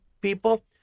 people